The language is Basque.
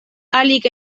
ahalik